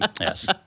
Yes